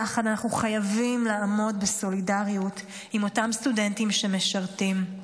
יחד אנחנו חייבים לעמוד בסולידריות עם אותם סטודנטים שמשרתים.